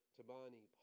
Tabani